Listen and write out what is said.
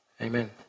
Amen